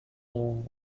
long